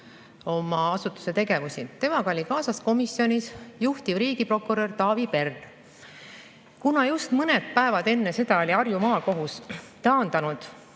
oma asutuse tegevusi. Temaga oli kaasas komisjonis juhtiv riigiprokurör Taavi Pern. Kuna just mõned päevad enne seda oli Harju Maakohus taandanud